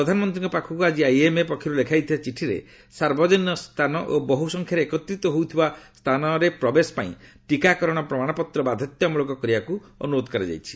ପ୍ରଧାନମନ୍ତ୍ରୀଙ୍କ ପାଖକୁ ଆଜି ଆଇଏମ୍ଏ ପକ୍ଷରୁ ଲେଖାଯାଇଥିବା ଚିଠିରେ ସାର୍ବଜନୀନ ସ୍ଥାନ ଓ ବହୁ ସଂଖ୍ୟାରେ ଏକତ୍ରିତ ହୋଇଥିବା ସ୍ଥାନରେ ପ୍ରବେଶ ପାଇଁ ଟିକାକରଣ ପ୍ରମାଣପତ୍ର ବାଧ୍ୟତାମ୍ବଳକ କରିବା ପାଇଁ ଅନୁରୋଧ କରାଯାଇଛି